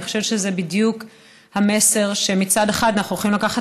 אני חושבת שזה בדיוק המסר: שמצד אחד אנחנו הולכים לקחת